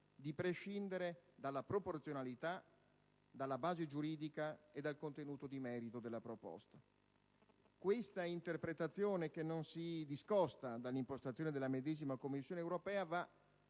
di prescindere dalla proporzionalità, dalla base giuridica e dal contenuto di merito della proposta. Questa interpretazione, che non si discosta dall'impostazione della medesima Commissione europea,